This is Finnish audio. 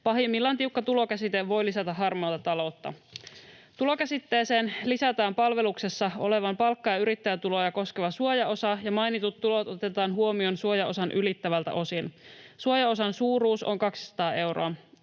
Pahimmillaan tiukka tulokäsite voi lisätä harmaata taloutta. Tulokäsitteeseen lisätään palveluksessa olevan palkka- ja yrittäjätuloja koskeva suojaosa, ja mainitut tulot otetaan huomioon suojaosan ylittävältä osin. Suojaosan suuruus on 200 euroa.